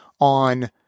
on